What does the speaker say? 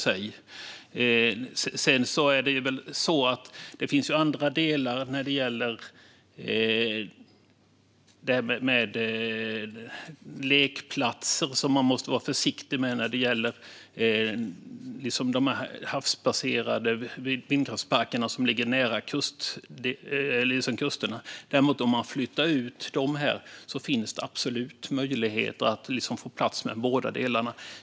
Sedan är det väl så att det finns andra delar som man måste vara försiktig med när det gäller de havsbaserade vindkraftsparker som ligger nära kusterna, till exempel när det handlar om lekplatser. Om man flyttar ut vindkraftsparkerna finns det absolut möjlighet att få plats med båda delarna.